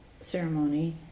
ceremony